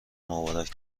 مبارک